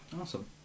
Awesome